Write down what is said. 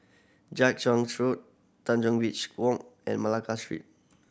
Jiak Chuan Road Tanjong Reach Walk and Malacca Street